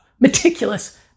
meticulous